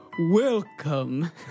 Welcome